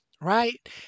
right